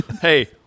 hey